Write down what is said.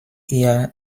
ihr